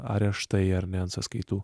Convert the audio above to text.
areštai ar ne ant sąskaitų